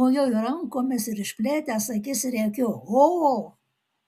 mojuoju rankomis ir išplėtęs akis rėkiu o